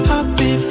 Happy